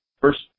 first